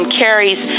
carries